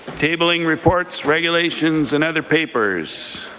tabling reports, regulations, and other papers.